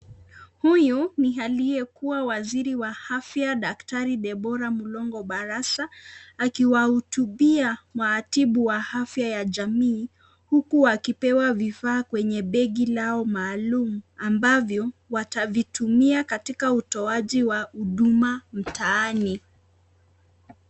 Huyu ni aliyekuwa waziri wa afya Daktari Debora Mulongo Barasa akiwahutubia maatibu wa afya ya jamii huku wakipewa vifaa kwenye begi lao maalum ambavyo watavitumia katika utoaji wa huduma mtaani.